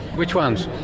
which ones?